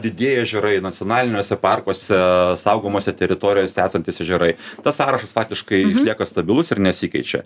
didieji ežerai nacionaliniuose parkuose saugomose teritorijose esantys ežerai tas sąrašas faktiškai išlieka stabilus ir nesikeičia